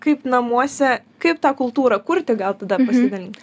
kaip namuose kaip tą kultūrą kurti gal tada pasidalink